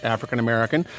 African-American